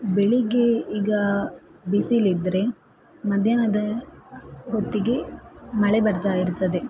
ಬೆಳಿಗ್ಗೆ ಈಗ ಬಿಸಿಲಿದ್ದರೆ ಮಧ್ಯಾಹ್ನದ ಹೊತ್ತಿಗೆ ಮಳೆ ಬರ್ತಾ ಇರ್ತದೆ